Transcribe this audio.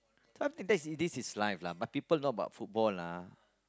something that's this is life lah but people know about football lah